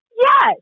yes